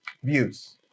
Views